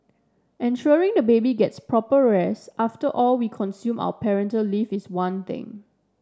ensuring the baby gets proper race after all we consume our parental leave is one thing